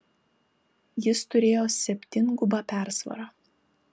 jis turėjo septyngubą persvarą